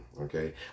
Okay